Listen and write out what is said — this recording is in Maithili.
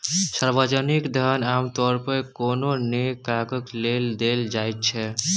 सार्वजनिक धन आमतौर पर कोनो नीक काजक लेल देल जाइत छै